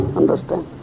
understand